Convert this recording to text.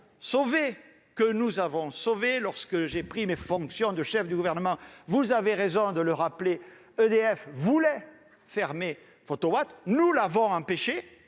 que nous avons sauvé. Lorsque j'ai pris mes fonctions de chef du Gouvernement, vous avez raison de le rappeler, EDF voulait fermer Photowatt, nous l'en avons empêché,